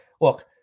look